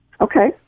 Okay